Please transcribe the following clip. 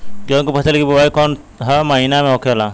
गेहूँ के फसल की बुवाई कौन हैं महीना में होखेला?